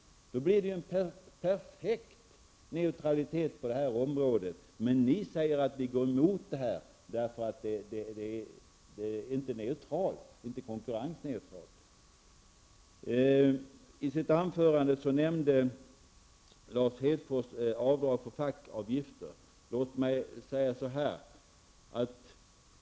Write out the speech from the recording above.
Då blir det en perfekt neutralitet på det här området. Men ni säger att ni går emot förslaget för att det inte är konkurrensneutralt. I sitt anförande nämnde Lars Hedfors avdrag för fackavgifter. Låt mig säga så här.